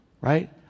right